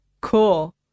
cool